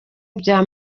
bya